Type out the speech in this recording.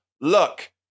look